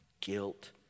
guilt